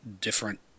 different